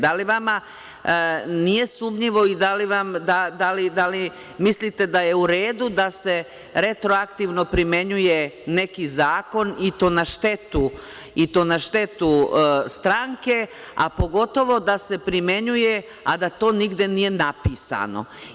Da li vam nije sumnjivo i da li mislite da je uredu da se retro aktivno primenjuje neki zakon i to na štetu stranke, a pogotovo da se primenjuje a da to nigde nije napisano?